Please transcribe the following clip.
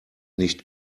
nicht